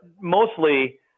mostly